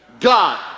God